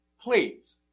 Please